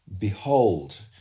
behold